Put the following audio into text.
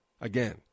again